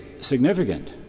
significant